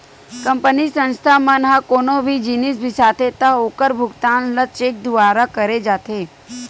company, संस्था मन ह कोनो भी जिनिस बिसाथे त ओखर भुगतान ल चेक दुवारा करे जाथे